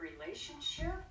relationship